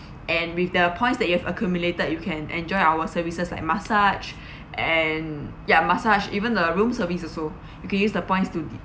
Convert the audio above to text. and with the points that you have accumulated you can enjoy our services like massage and ya massage even the room service also you can use the points to